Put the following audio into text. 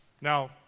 Now